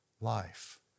life